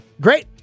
great